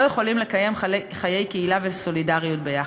יכולים לקיים חיי קהילה וסולידריות יחד.